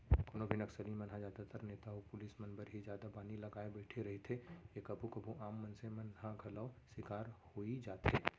कोनो भी नक्सली मन ह जादातर नेता अउ पुलिस मन बर ही जादा बानी लगाय बइठे रहिथे ए कभू कभू आम मनसे मन ह घलौ सिकार होई जाथे